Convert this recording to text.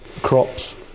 crops